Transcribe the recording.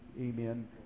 amen